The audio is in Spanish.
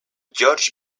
george